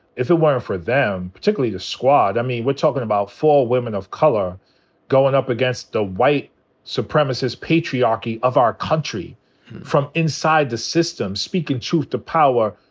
if it weren't for them, particularly the squad, i mean, we're talkin' about four women of color goin' up against the white supremacist patriarchy of our country from inside the system speaking truth to power,